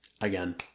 Again